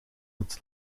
het